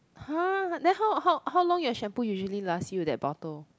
!huh! then how how how long your shampoo usually last you that bottle